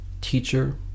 teacher